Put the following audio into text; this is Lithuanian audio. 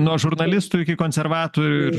nuo žurnalistų iki konservatorių ir